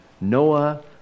Noah